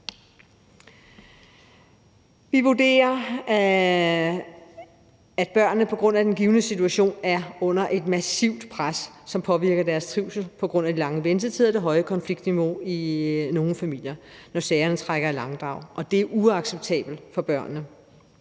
Vi vurderer, at børnene i den givne situation er under et massivt pres, som påvirker deres trivsel, på grund af de lange ventetider og det høje konfliktniveau i nogle familier, når sagerne trækker i langdrag, og det er uacceptabelt for børnene.